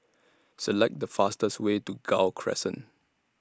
Select The fastest Way to Gul Crescent